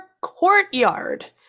courtyard